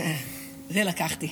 את זה לקחתי.